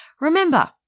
remember